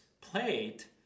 plate